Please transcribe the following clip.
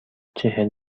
چهل